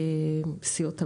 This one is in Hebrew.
כל סיעוד הבית.